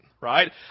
right